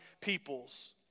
peoples